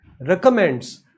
recommends